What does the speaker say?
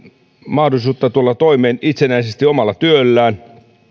mahdollisuutta tulla toimeen itsenäisesti omalla työllään